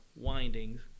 windings